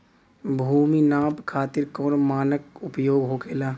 भूमि नाप खातिर कौन मानक उपयोग होखेला?